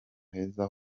heza